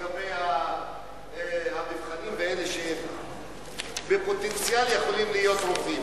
לגבי המבחנים ואלה שבפוטנציאל יכולים להיות רופאים.